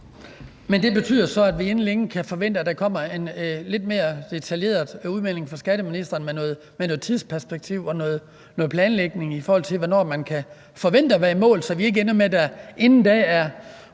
det betyder så, at vi inden længe kan forvente, at der kommer en lidt mere detaljeret udmelding fra skatteministeren med noget tidsperspektiv og noget planlægning, i forhold til hvornår man kan forvente at være i mål, så vi ikke ender med, at der inden